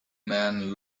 man